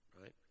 right